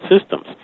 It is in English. systems